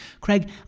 Craig